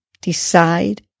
decide